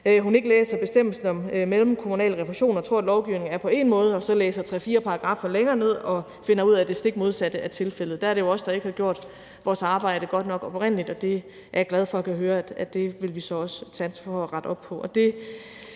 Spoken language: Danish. hun ikke læser bestemmelsen om mellemkommunal refusion og tror, at lovgivningen er på én måde, og så læser 3-4 paragraffer længere ned og finder ud af, at det stik modsatte er tilfældet. Der er det jo os, der ikke har gjort vores arbejde godt nok oprindelig, og det er jeg glad for at kunne høre at vi så også vil satse på at rette op på.